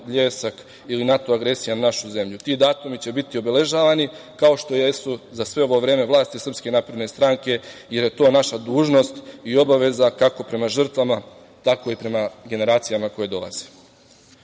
ili NATO agresija na našu zemlju. Ti datumi će biti obeležavani, kao što jesu za sve ovo vreme vlasti SNS, jer je to naša dužnosti i obaveza kako prema žrtvama tako i prema generacijama koje dolaze. Na